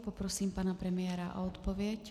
Poprosím pana premiéra o odpověď.